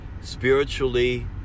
spiritually